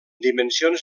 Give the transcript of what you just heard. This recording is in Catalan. dimensions